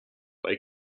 bei